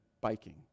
biking